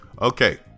okay